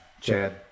Chad